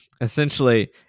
essentially